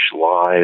lies